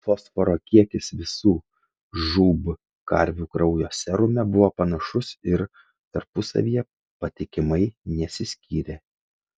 fosforo kiekis visų žūb karvių kraujo serume buvo panašus ir tarpusavyje patikimai nesiskyrė